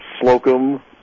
slocum